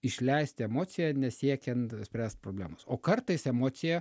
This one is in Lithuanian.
išleisti emociją nesiekiant spręst problemos o kartais emocija